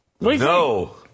No